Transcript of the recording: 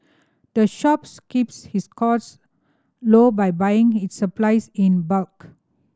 the shops keeps its costs low by buying its supplies in bulk